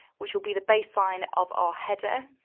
which will be the baseline of our header.